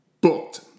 Booked